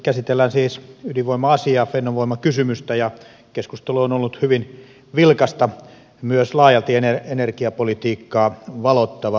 käsitellään siis ydinvoima asiaa fennovoima kysymystä ja keskustelu on ollut hyvin vilkasta myös laajalti energiapolitiikkaa valottavaa